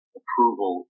approval